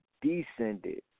descended